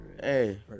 Hey